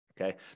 Okay